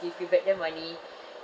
give you back that money